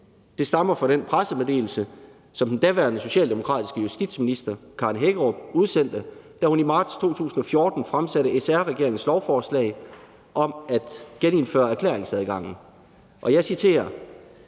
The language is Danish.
Det stammer fra den pressemeddelelse, som den daværende socialdemokratiske justitsminister, Karen Hækkerup, udsendte, da hun i marts 2014 fremsatte SR-regeringens lovforslag om at genindføre erklæringsadgangen. Og jeg citerer: